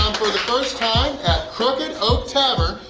for the first time, at crooked oak.